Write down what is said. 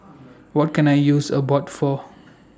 What Can I use Abbott For